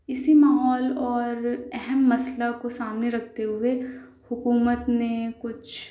اِسی ماحول اور اہم مسئلہ کو سامنے رکھتے ہوئے حکومت نے کچھ